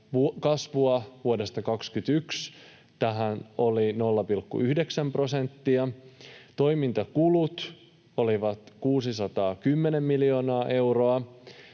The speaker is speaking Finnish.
kasvua vuodesta 21 tähän oli 0,9 prosenttia. Toimintakulut olivat 610 miljoonaa euroa.